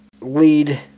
lead